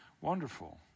Wonderful